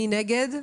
מי נגד?